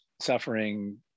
suffering